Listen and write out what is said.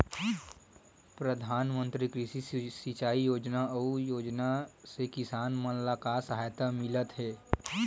प्रधान मंतरी कृषि सिंचाई योजना अउ योजना से किसान मन ला का सहायता मिलत हे?